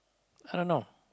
so i don't know